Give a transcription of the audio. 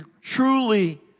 truly